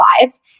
lives